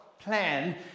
plan